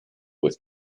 with